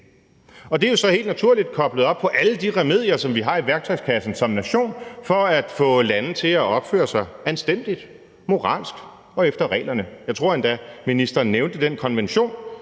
Det er jo så helt naturligt koblet op på alle de remedier, som vi har i værktøjskassen som nation, for at få lande til at opføre sig anstændigt, moralsk og efter reglerne. Jeg tror endda, at ministeren nævnte den konvention,